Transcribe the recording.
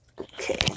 Okay